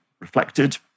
reflected